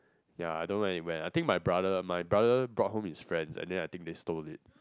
ya I don't know where it went I think my brother my brother brought home his friends and then I think they stole it